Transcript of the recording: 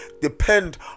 depend